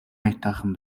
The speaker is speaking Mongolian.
аятайхан